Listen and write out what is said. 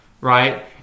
right